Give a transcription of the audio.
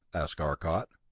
asked arcot.